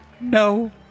No